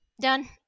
done